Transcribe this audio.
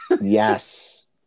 Yes